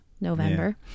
November